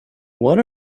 what